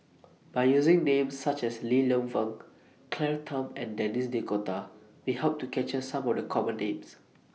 By using Names such as Li Lienfung Claire Tham and Denis D'Cotta We Hope to capture Some of The Common Names